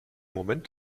moment